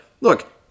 look